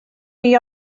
chi